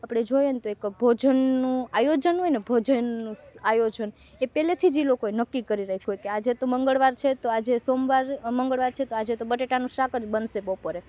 આપણે જોઈએને તો ભોજનનું આયોજન હોયને ભોજન આયોજન એ પહેલાથી જ એ લોકો એ નક્કી કરી રાખ્યું હોય કે આજે તો મંગળવાર છે તો આજે સોમવાર મંગળવાર છે તો બટેટાનું શાક જ બનશે બપોરે